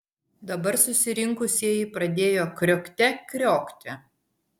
dabar susirinkusieji pradėjo kriokte kriokti